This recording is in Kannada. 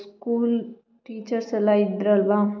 ಸ್ಕೂಲ್ ಟೀಚರ್ಸ್ ಎಲ್ಲ ಇದ್ರು ಅಲ್ವಾ